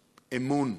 אמון.